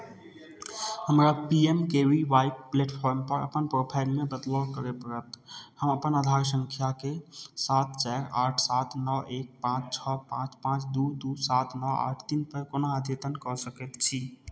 हमरा P M K V Y प्लेटफॉर्मपर अपन प्रोफाइलमे बदलाव करय पड़त हम अपन आधार सङ्ख्याकेँ सात चारि आठ सात नओ एक पाँच छओ पाँच पाँच दू दू सात नओ आठ तीनपर कोना अद्यतन कऽ सकैत छी